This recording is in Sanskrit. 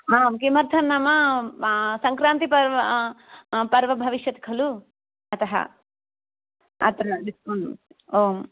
आं किमर्थं नाम सङ्क्रान्तिपर्व पर्व भविष्यति खलु अतः अत्र डिस्कौण्ट् आम्